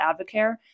Advocare